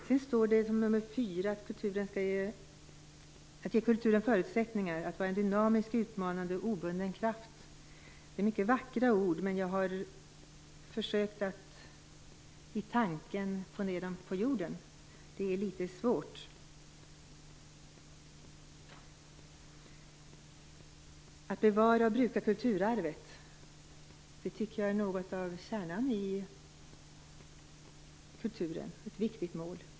Det fjärde målet är att kulturen skall ges förutsättningar att vara en dynamisk, utmanande och obunden kraft. Det är mycket vackra ord, men jag har försökt att i tanken få ned dem på jorden. Det är litet svårt. Man skriver om att bevara och bruka kulturarvet, det femte målet. Det tycker jag är något av kärnan i kulturen, och ett viktigt mål.